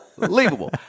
unbelievable